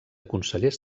consellers